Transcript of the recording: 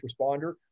responder